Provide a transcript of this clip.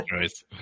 choice